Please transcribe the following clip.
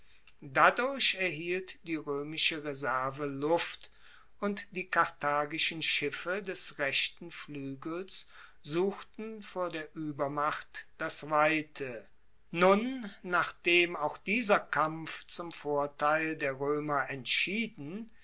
dadurch erhielt die roemische reserve luft und die karthagischen schiffe des rechten fluegels suchten vor der uebermacht das weite nun nachdem auch dieser kampf zum vorteil der roemer entschieden